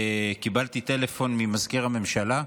קיבלתי טלפון ממזכיר הממשלה,